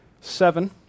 Seven